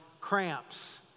cramps